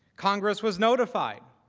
congress was notified.